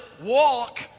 walk